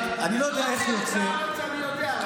חוץ לארץ אני יודע.